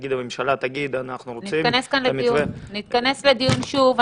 נגיד הממשלה תגיד "אנחנו רוצים --- אז נתכנס כאן לדיון שוב,